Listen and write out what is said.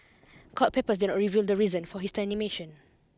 court papers did not reveal the reason for his termination